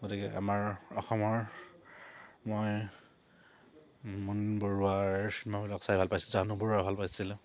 গতিকে আমাৰ অসমৰ মই মুন বৰুৱাৰ চিনেমাবিলাক চাই ভাল পাইছিলোঁ জাহনু বৰুৱাৰ আৰু ভাল পাইছিলোঁ